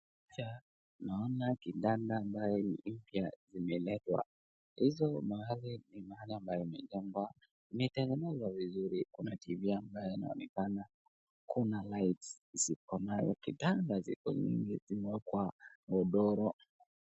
Picha naona vitanda ambayo ni mpya zimeletwa, hizo mahali ni mahali ambayo vitanda imetengenezwa vizuri, kuna tv ambayo inaonekana, kuna lights ziko na vitanda ziko nyingi zimewekwa godoro.